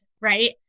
Right